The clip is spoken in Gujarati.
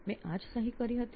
મેં આ જ સહી કરી હતી